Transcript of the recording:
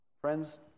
Friends